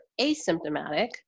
asymptomatic